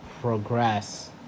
progress